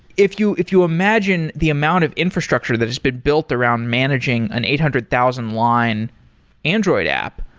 if you if you imagine the amount of infrastructure that has been built around managing an eight hundred thousand line android app,